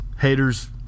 haters